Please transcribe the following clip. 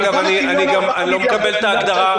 אגב, אני לא מקבל את הגדרה.